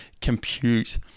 compute